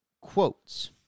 quotes